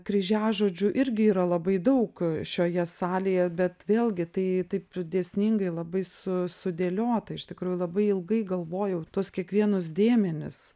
kryžiažodžių irgi yra labai daug šioje salėje bet vėlgi tai taip dėsningai labai su sudėliota iš tikrųjų labai ilgai galvojau tuos kiekvienus dėmenis